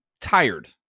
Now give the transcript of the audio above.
tired